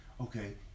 Okay